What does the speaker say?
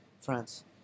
France